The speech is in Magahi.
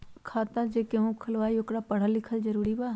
खाता जे केहु खुलवाई ओकरा परल लिखल जरूरी वा?